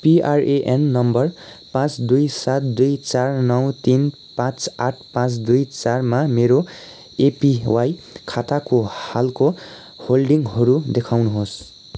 P R A N number पाँच दुई सात दुई चार नौ तिन पाँच आठ पाँच दुई चारमा मेरो एपिवाई खाताको हालको होल्डिङहरू देखाउनुहोस्